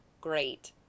great